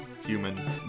human